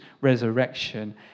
resurrection